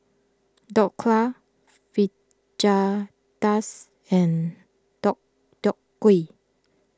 Dhokla Fajitas and Deodeok Gui